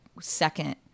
second